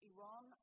Iran